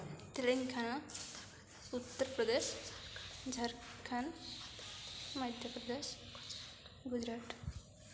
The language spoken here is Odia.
ତେଲେଙ୍ଗାନା ଉତ୍ତରପ୍ରଦେଶ ଝାଡ଼ଖଣ୍ଡ ମଧ୍ୟପ୍ରଦେଶ ଗୁଜୁରାଟ